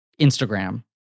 Instagram